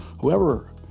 whoever